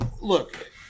look